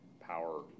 power